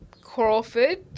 Crawford